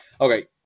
okay